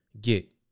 get